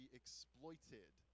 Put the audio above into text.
exploited